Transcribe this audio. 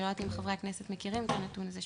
אני לא יודעת אם חברי הכנסת מכירים את הנתון הזה.